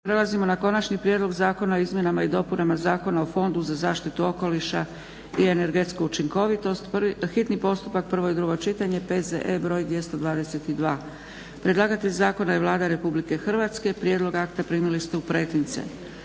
Prelazimo na - Konačni prijedlog zakona o izmjenama i dopunama Zakona o fondu za zaštitu okoliša i energetsku učinkovitost, hitni postupak, prvo i drugo čitanje, P.Z.E. br. 222. Predlagatelj zakona je Vlada RH. Prijedlog akta primili ste u pretince.